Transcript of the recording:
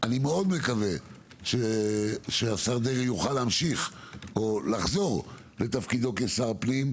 אני מאוד מקווה שהשר דרעי יוכל להמשיך או לחזור לתפקידו כשר הפנים,